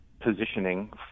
positioning